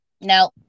No